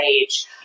age